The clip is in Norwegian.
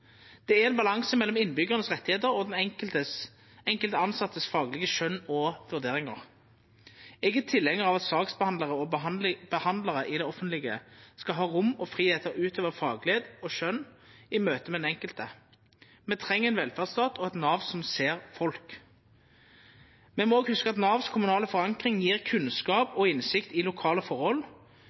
Det er ein balanse mellom rettane til innbyggjarane og det faglege skjønet og vurderingane til den enkelte tilsette. Eg er tilhengjar av at saksbehandlarar og behandlarar i det offentlege skal ha rom og fridom til å utøva fag og skjøn i møte med den enkelte. Me treng ein velferdsstat og eit Nav som ser folk. Me må òg hugsa at Navs kommunale forankring gjev kunnskap og innsikt i lokale forhold,